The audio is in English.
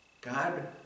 God